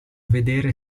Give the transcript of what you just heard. vedere